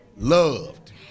Loved